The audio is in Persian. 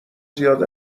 زیاد